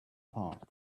park